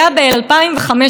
ואז הלכנו לבחירות,